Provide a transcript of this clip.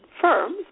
firms